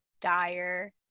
dire